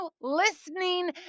listening